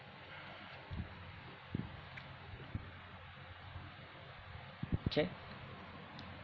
kay